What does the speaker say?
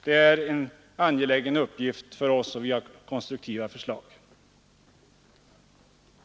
Det är en angelägen uppgift som vi ser det och den förtjänar stor uppmärksamhet i fortsättningen.